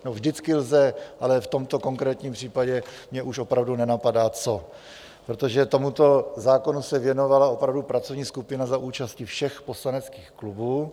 No, vždycky lze, ale v tomto konkrétním případě mě už opravdu nenapadá, co, protože tomuto zákonu se věnovala opravdu pracovní skupina za účasti všech poslaneckých klubů.